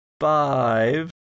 five